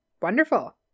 Wonderful